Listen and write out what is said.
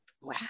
Wow